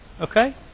okay